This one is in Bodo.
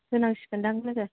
दै होनांसिगोनदां लोगो